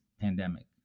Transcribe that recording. pandemic